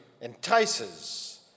entices